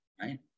right